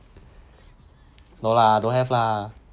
no lah don't have lah